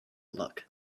luck